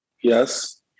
Yes